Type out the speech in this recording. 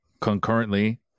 concurrently